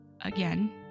Again